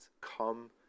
come